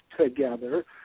together